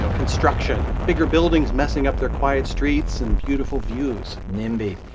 ah construction, bigger buildings messing up their quiet streets and beautiful views nimby.